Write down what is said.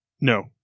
No